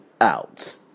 out